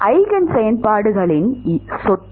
eigen செயல்பாடுகளின் சொத்து